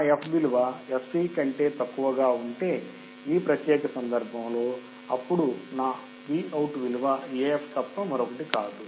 నా f విలువ fc కంటే తక్కువగా ఉంటే ఈ ప్రత్యేక సందర్భంలో అప్పుడు నా Vout విలువ AF తప్ప మరొకటి కాదు